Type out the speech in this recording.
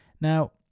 Now